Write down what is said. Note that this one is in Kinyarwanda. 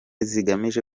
zigamije